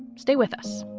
stay with us